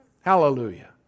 Hallelujah